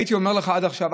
הייתי אומר לך שעד עכשיו,